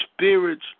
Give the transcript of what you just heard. spirits